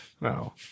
No